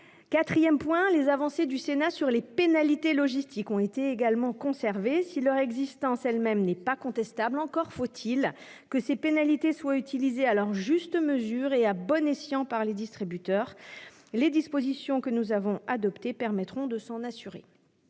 Quatrièmement, les avancées du Sénat sur les pénalités logistiques ont été conservées. Si leur existence même n'est pas contestable, encore faut-il qu'elles soient utilisées à leur juste mesure et à bon escient par les distributeurs. Les dispositions que nous avons adoptées permettront de s'en assurer.